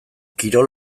kirol